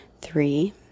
three